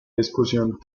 discusión